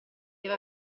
deve